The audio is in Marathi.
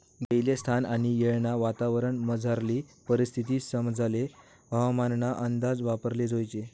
देयेल स्थान आणि येळना वातावरणमझारली परिस्थिती समजाले हवामानना अंदाज वापराले जोयजे